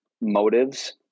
motives